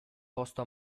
posto